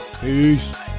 Peace